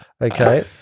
Okay